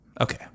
Okay